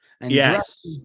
Yes